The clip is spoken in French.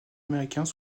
américains